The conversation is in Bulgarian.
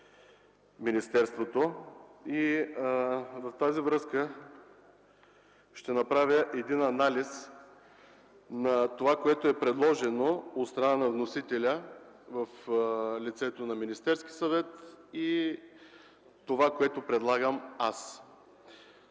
министерството. В тази връзка ще направя анализ на това, което е предложено от страна на вносителя – в лицето на Министерския съвет, и това, което предлагам аз.